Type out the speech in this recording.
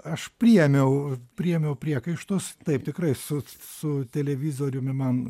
aš priėmiau priėmiau priekaištus taip tikrai su su televizoriumi man